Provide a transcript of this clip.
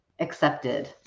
accepted